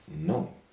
no